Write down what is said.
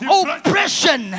oppression